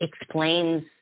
explains